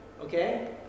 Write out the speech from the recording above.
Okay